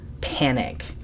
panic